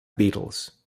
beetles